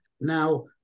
Now